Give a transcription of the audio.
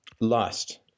lost